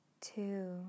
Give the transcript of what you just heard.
two